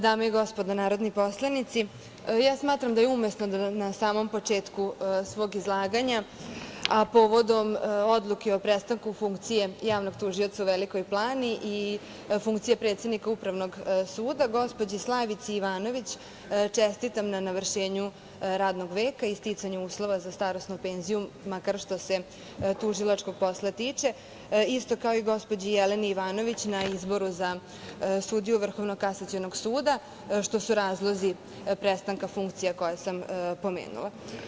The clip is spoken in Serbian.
Dame i gospodo narodni poslanici, ja smatram da je umesno da na samom početku svog izlaganja, a povodom odluke o prestanku funkcije javnog tužioca u Velikoj Plani i funkcije predsednika Upravnog suda, gospođi Slavici Ivanović čestitam na navršenju radnog veka i sticanju uslova za starosnu penziju, makar što se tužilačkog posla tiče, isto kao i gospođi Jeleni Ivanović na izboru sudiju Vrhovnog kasacionog suda, što su razlozi prestanka funkcija koje sam pomenula.